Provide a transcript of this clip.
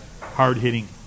hard-hitting